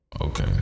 Okay